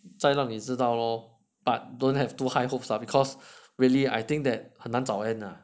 再让你知道咯 but don't have too high hopes lah because really I think that 很难早 end lah